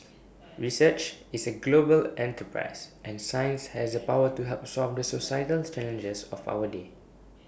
research is A global enterprise and science has the power to help solve the societal challenges of our day